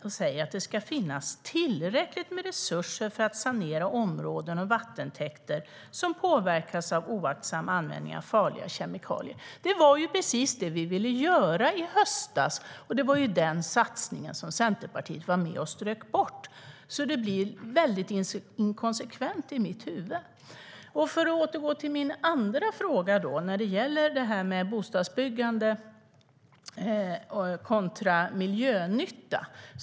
Man säger att det ska finnas tillräckligt med resurser för att sanera områden och vattentäkter som påverkats av oaktsam användning av farliga kemikalier. Det var precis det vi ville göra i höstas, och det var den satsningen som Centerpartiet var med och strök. Det blir väldigt inkonsekvent i mitt huvud. Jag återgår till min andra fråga som gäller bostadsbyggande kontra miljönytta.